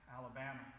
Alabama